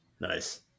Nice